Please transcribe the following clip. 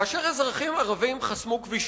כאשר אזרחים ערבים חסמו כבישים,